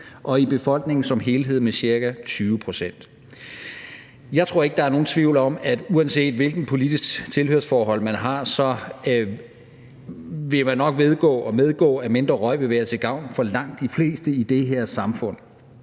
og i befolkningen som helhed med ca. 20 pct. Jeg tror ikke, der er nogen tvivl om, at uanset hvilket politisk tilhørsforhold man har, så vil man nok vedgå og medgive, at mindre røg vil være til gavn for langt de fleste i det her samfund.